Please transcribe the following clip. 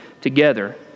together